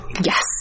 Yes